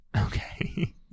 Okay